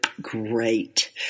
great